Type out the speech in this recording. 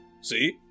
See